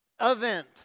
event